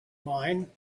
mine